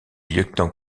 lieutenant